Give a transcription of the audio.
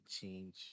change